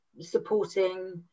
supporting